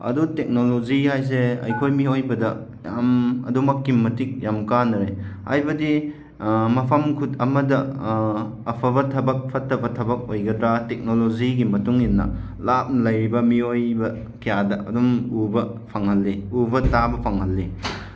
ꯑꯗꯨ ꯇꯦꯛꯅꯣꯂꯣꯖꯤ ꯍꯥꯏꯁꯦ ꯑꯩꯈꯣꯏ ꯃꯤꯑꯣꯏꯕꯗ ꯌꯥꯝ ꯑꯗꯨꯃꯛꯀꯤ ꯃꯇꯤꯛ ꯌꯥꯝ ꯀꯥꯟꯅꯔꯦ ꯍꯥꯏꯕꯗꯤ ꯃꯐꯝ ꯑꯃꯗ ꯑꯐꯕ ꯊꯕꯛ ꯐꯠꯇꯕ ꯊꯕꯛ ꯑꯣꯏꯒꯗ꯭ꯔꯥ ꯇꯦꯛꯅꯣꯂꯣꯖꯤꯒꯤ ꯃꯇꯨꯡ ꯏꯟꯅ ꯂꯥꯞꯅ ꯂꯩꯔꯤꯕ ꯃꯤꯑꯣꯏꯕ ꯀꯌꯥꯗ ꯑꯗꯨꯝ ꯎꯕ ꯐꯪꯍꯜꯂꯤ ꯎꯕ ꯇꯥꯕ ꯐꯪꯍꯜꯂꯤ